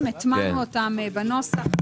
בסעיף 3 דובר בוועדה על כך שכשמדובר באיחוד עוסקים,